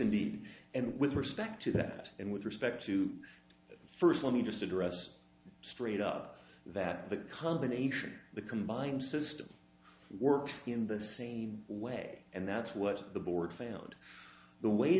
indeed and with respect to that and with respect to first let me just address straight up that the combination the combined system works in the same way and that's what the board found the way